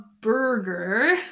Burger